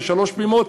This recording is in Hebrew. זה שלוש פעימות,